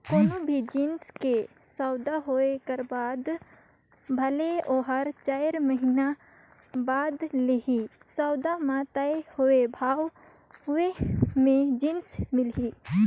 कोनो भी जिनिस के सउदा होए कर बाद भले ओहर चाएर महिना बाद लेहे, सउदा म तय होए भावे म जिनिस मिलही